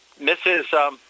mrs